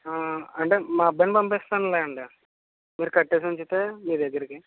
అంటే మా అబ్బాయిని పంపిస్తాను లేండి మీరు కట్టేసి ఉంచితే మీ దగ్గరికి